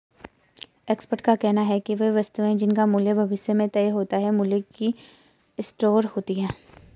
expert का कहना है कि वे वस्तुएं जिनका मूल्य भविष्य में तय होता है मूल्य की स्टोर होती हैं